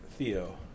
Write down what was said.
Theo